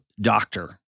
doctor